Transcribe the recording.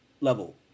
level